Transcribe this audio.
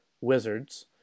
Wizards